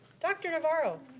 dr. navarro.